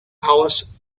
alice